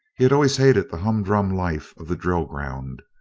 he had always hated the humdrum life of the drill ground.